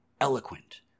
eloquent